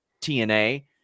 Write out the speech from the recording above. tna